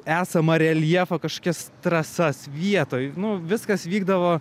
esamą reljefą kažkokias trasas vietoj nu viskas vykdavo